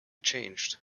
changed